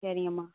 சரிங்கம்மா